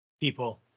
people